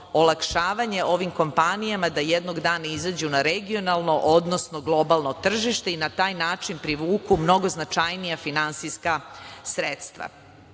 olakšavanje ovim kompanijama da jednog dana izađu na regionalno, odnosno globalno tržište i na taj način privuku mnogo značajnija finansijska sredstva. Ovo